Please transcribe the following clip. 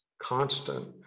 constant